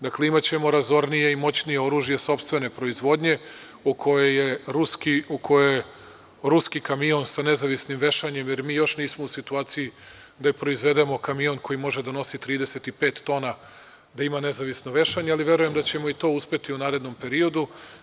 Dakle, imaćemo razornije i moćnije oružje sopstvene proizvodnje, u koje je ruski kamion sa nezavisnim vešanjem, jer mi još nismo u situaciji da proizvedemo kamion koji može da nosi 35 tona, da ima nezavisno vešanje, ali verujem da ćemo i to uspeti u narednom periodu.